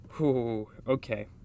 Okay